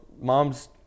mom's